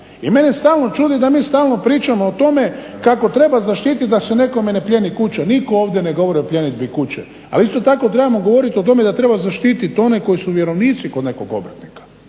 I mene stalno čudi da mi stalno pričamo o tome kako treba zaštiti da se nekome ne plijeni kuća, nitko ovdje ne govori o pljenidbi kuće, ali isto tako trebamo govoriti o tome da treba zaštiti one koji su vjerovnici kod nekog obrtnika.